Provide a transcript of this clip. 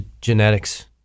genetics